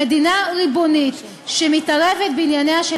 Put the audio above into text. למדינה ריבונית שמתערבת בענייניה של